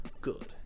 good